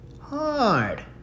hard